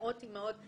מאות אימהות,